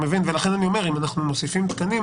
ולכן אני אומר שאם אנחנו מוסיפים תקנים,